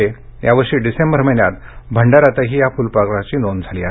तसेच यावर्षी डिसेंबर महिन्यात भंडाऱ्यातही या फुलपाखराची नोंद झाली आहे